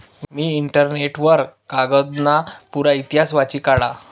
मी internet वर कागदना पुरा इतिहास वाची काढा